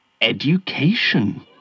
education